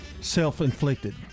self-inflicted